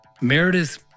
Meredith